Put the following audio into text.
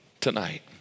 tonight